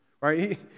Right